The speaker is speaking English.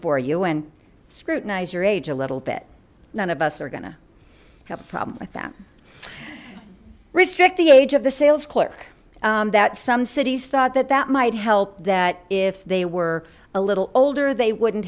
for you and scrutinize your age a little bit none of us are gonna have a problem with that restrict the age of the sales clerk that some cities thought that that might help that if they were a little older they wouldn't